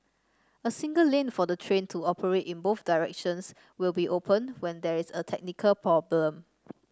a single lane for the train to operate in both directions will be open when there is a technical problem